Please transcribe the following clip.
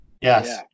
Yes